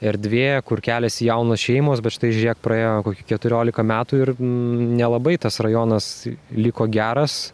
erdvė kur keliasi jaunos šeimos bet štai žiūrėk praėjo kokie keturiolika metų ir nelabai tas rajonas liko geras